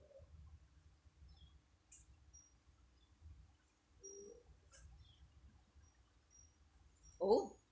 oh